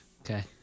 Okay